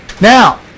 Now